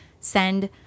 send